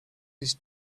his